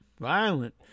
Violent